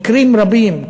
מקרים רבים.